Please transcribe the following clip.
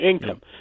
income